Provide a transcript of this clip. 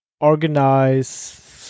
organize